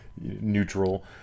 neutral